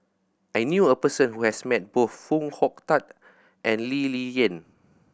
I knew a person who has met both Foo Hong Tatt and Lee Ling Yen